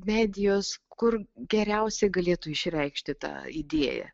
medijos kur geriausiai galėtų išreikšti tą idėją